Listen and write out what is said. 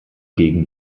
gegen